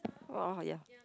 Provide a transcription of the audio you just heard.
oh ah ya